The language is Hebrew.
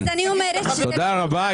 אני אומרת ש --- תודה רבה.